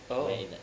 oh